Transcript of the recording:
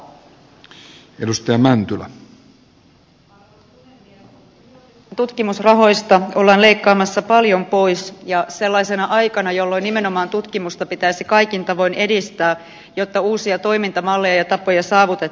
yliopistojen tutkimusrahoista ollaan leikkaamassa paljon pois ja sellaisena aikana jolloin nimenomaan tutkimusta pitäisi kaikin tavoin edistää jotta uusia toimintamalleja ja tapoja saavutettaisiin